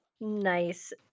Nice